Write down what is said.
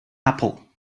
apple